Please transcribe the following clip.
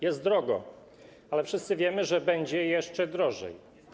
Jest drogo, ale wszyscy wiemy, że będzie jeszcze drożej.